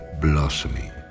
blossoming